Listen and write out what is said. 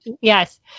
Yes